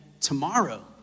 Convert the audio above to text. tomorrow